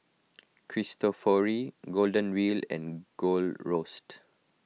Cristofori Golden Wheel and Gold Roast